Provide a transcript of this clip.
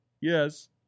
yes